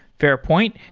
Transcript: fair point.